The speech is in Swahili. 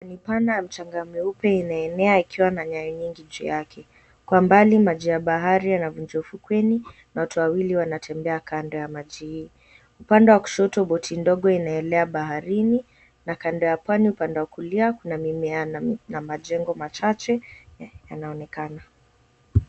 Mchanga mweupe inanea ukiwa na nyayo nyingi juu yake. Kwa mbali maji ya bahari yanavunja ufukweni na watu wawili wanatembea kando ya maji hii. Upande wa kushoto boti ndogo inaelea baharini na kando ya pwani upande wa kulia kuna mimea na majengo machache yanaonekana.